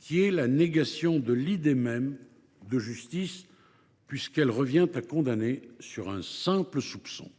laquelle serait la négation de l’idée même de justice, puisqu’elle reviendrait à condamner sur un simple soupçon.